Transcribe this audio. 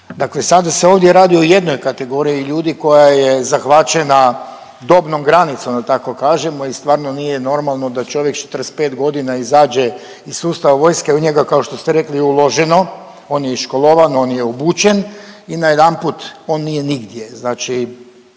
Dakle, sada se ovdje radi o jednoj kategoriji ljudi koja je zahvaćena dobnom granicom da tako kažemo i stvarno nije normalno da čovjek s 45 godina izađe iz sustava vojske. U njega kao što ste rekli je uloženo, on je i školovan, on je obučen i na jedanput on nije nigdje.